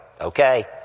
okay